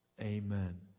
Amen